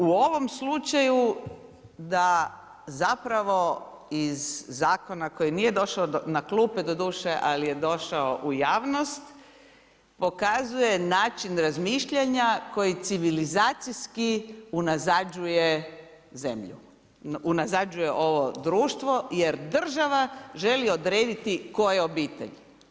U ovom slučaju da zapravo iz zakona koji nije došao na klupe doduše, ali je došao u javnost pokazuje način razmišljanja koji civilizacijski unazađuje zemlju, unazađuje ovo društvo jer država želi odrediti tko je obitelj.